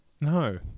No